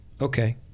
okay